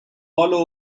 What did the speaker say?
hollow